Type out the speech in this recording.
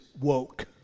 woke